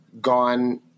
gone